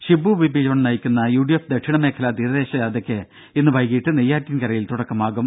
ഷിബു ബേബി ജോൺ നയിക്കുന്ന യുഡിഎഫ് ദക്ഷിണ മേഖലാ തീരദേശ ജാഥക്ക് ഇന്ന് വൈകീട്ട് നെയ്യാറ്റിൻകരയിൽ തുടക്കമാകും